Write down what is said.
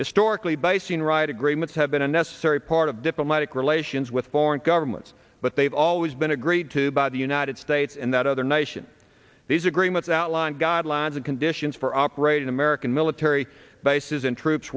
historically basing ride agreements have been a necessary part of diplomatic relations with foreign governments but they've all it has been agreed to by the united states and that other nations these agreements outline guidelines and conditions for operating american military bases and troops